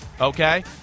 Okay